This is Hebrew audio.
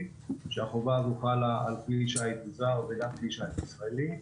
כאשר החובה הזו חלה על כלי שיט זר וגם על כלי שיט ישראלי.